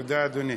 תודה, אדוני.